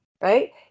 Right